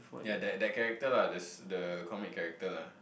ya that that character lah the s~ the comic character lah